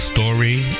Story